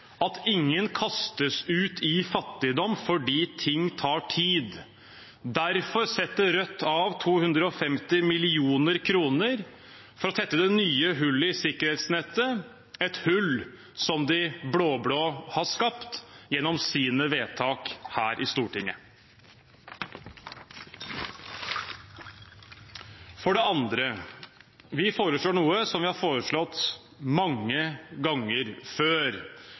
at ingen kastes ut i fattigdom fordi ting tar tid. Derfor setter Rødt av 250 mill. kr for å tette det nye hullet i sikkerhetsnettet – et hull som de blå-blå har skapt gjennom sine vedtak her i Stortinget. For det andre: Vi foreslår noe som vi har foreslått mange ganger før,